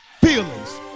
feelings